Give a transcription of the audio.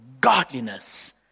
Godliness